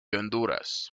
honduras